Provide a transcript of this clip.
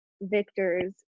Victor's